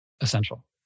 essential